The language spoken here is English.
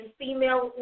female